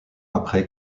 après